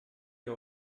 ihr